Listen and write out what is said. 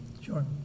Sure